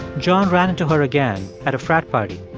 john ran into her again at a frat party.